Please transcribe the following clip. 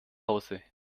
hause